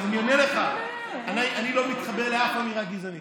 אז אני אומר לך, אני לא מתחבר לאף אמירה גזענית.